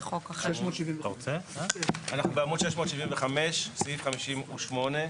אנחנו בעמוד 675, סעיף 58,